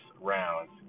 rounds